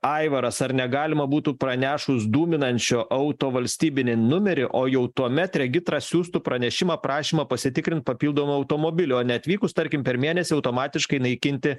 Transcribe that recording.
aivaras ar negalima būtų pranešus dūminančio auto valstybinį numerį o jau tuomet regitra siųstų pranešimą prašymą pasitikrint papildomo automobilio o neatvykus tarkim per mėnesį automatiškai naikinti